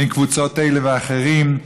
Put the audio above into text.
בין קבוצות כאלה ואחרות,